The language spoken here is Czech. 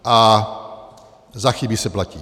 A za chyby se platí.